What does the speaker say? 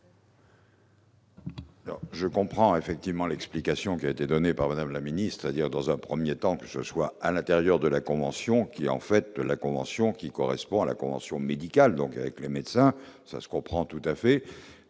je comprends effectivement l'explication qui a été donnée par Madame la ministre à dire dans un 1er temps je sois à l'intérieur de la convention, qui en fait la convention qui correspond à la convention médicale, donc avec les médecins, ça se comprend tout à fait,